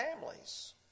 families